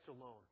alone